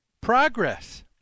progress